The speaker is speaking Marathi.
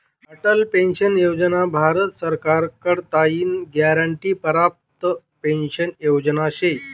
अटल पेंशन योजना भारत सरकार कडताईन ग्यारंटी प्राप्त पेंशन योजना शे